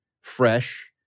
fresh